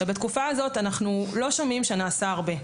בתקופה הזו אנחנו לא שומעים שנעשה הרבה.